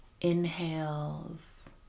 inhales